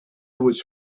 was